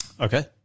Okay